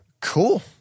Cool